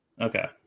Okay